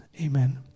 amen